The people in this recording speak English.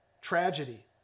tragedy